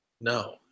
No